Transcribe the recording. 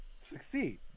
succeed